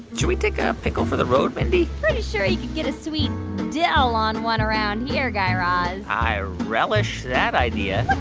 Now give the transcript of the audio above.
should we take a pickle for the road, mindy? pretty sure you get a sweet dill on one around here, guy raz i relish that idea